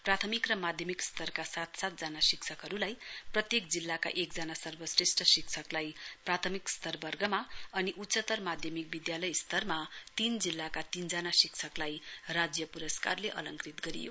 प्राथमिक र माध्यमिक स्तरका सात सात जना शिक्षकहरूलाई प्रत्येक जिल्लाका एक जना सर्वश्रेष्ट शिक्षकलाई प्राथमिक स्तरवर्गमा अनि उच्चत्तर माध्यमिक विद्यालय स्तरमा तीन जिल्लाका तीनजना शिक्षकलाई राज्य पुस्कारले अलंकृत गरियो